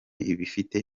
ibifite